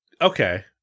Okay